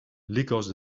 lykas